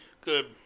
Good